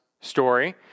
story